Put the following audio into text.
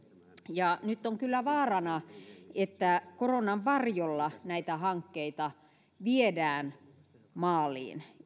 ja nyt on kyllä vaarana että koronan varjolla näitä hankkeita viedään maaliin